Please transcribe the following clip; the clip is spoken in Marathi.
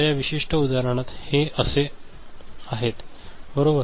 तर या विशिष्ट उदाहरणात हे असे आहे बरोबर